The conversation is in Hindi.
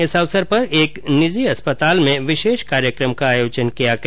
इस अवसर पर एक निजी अस्पताल में विशेष कार्यक्रम का आयोजन किया गया